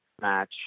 match